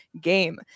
game